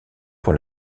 pour